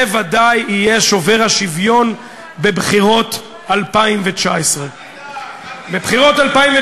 זה ודאי יהיה שובר השוויון בבחירות 2019. בבחירות 2019